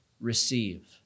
receive